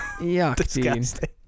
disgusting